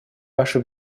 ваше